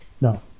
No